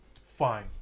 Fine